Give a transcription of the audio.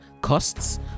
costs